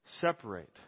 separate